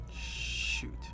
Shoot